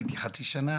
לא הייתי חצי שנה,